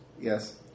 Yes